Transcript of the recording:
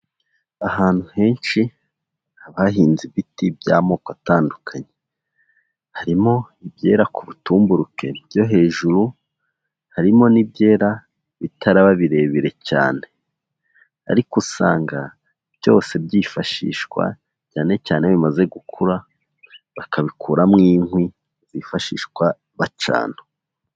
Ahantu henshi, haba hahinze ibiti by'amoko atandukanye. Harimo ibyera ku butumburuke byo hejuru, harimo n'ibyera bitaba birebire cyane. Ariko usanga, byose byifashishwa, cyane cyane iyo bimaze gukura, bakabikuramo inkwi zifashishwa bacana.